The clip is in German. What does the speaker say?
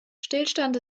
stillstand